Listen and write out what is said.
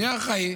מי האחראי?